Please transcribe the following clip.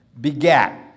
begat